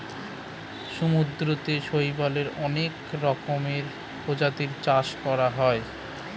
সমুদ্রতে শৈবালের অনেক রকমের প্রজাতির চাষ করা হয়